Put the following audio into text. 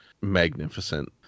magnificent